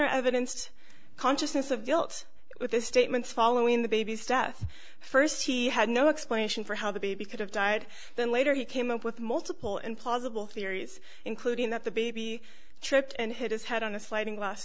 er evidenced consciousness of guilt with this statement following the baby's death first he had no explanation for how the baby could have died then later he came up with multiple implausible theories including that the baby tripped and hit his head on a sliding glass